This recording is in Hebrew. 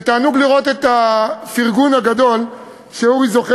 ותענוג לראות את הפרגון הגדול שאורי זוכה